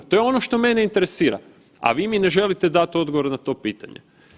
To je ono što mene interesira, a vi mi ne želite dati odgovor na to pitanje.